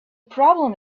problem